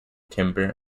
timber